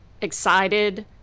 excited